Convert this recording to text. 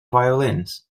violins